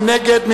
מי נגד?